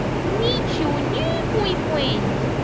meet you new boyfriend!